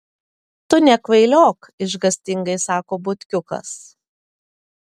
tu nekvailiok išgąstingai sako butkiukas